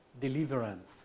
deliverance